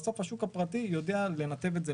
בסוף השוק הפרטי יודע לנתב את זה